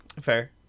Fair